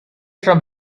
from